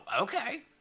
okay